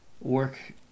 work